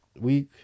week